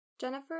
Jennifer